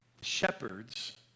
Shepherds